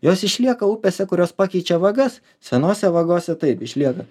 jos išlieka upėse kurios pakeičia vagas senose vagose taip išlieka